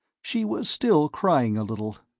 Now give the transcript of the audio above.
she was still crying a little.